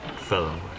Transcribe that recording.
fellow